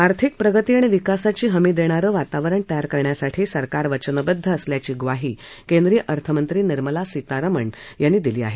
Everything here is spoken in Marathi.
आर्थिक प्रगती आणि विकासाची हमी देणारं वातावरण तयार करण्यासाठी सरकार वचनबद्ध असल्याची ग्वाही केंद्रीय अर्थमंत्री निर्मला सीतारामन यांनी दिली आहे